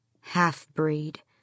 Half-breed